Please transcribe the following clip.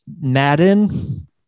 Madden